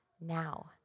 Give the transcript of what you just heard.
now